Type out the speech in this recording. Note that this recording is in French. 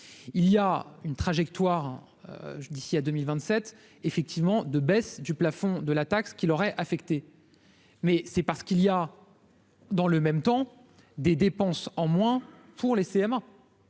il y a une trajectoire d'ici à 2027 effectivement de baisse du plafond de la taxe qui leur est affecté, mais c'est parce qu'il y a dans le même temps, des dépenses en moins pour les CM1.